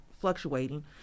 fluctuating